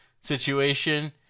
situation